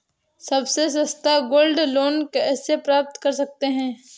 सबसे सस्ता gold loan कैसे प्राप्त कर सकते हैं?